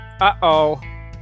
Uh-oh